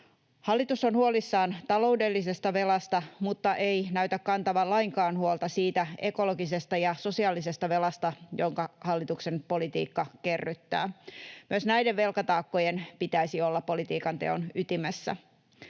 Hallitus on huolissaan taloudellisesta velasta mutta ei näytä kantavan lainkaan huolta siitä ekologisesta ja sosiaalisesta velasta, jonka hallituksen politiikka kerryttää. Myös näiden velkataakkojen pitäisi olla politiikanteon ytimessä.